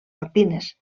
alpines